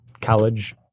college